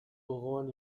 gogoan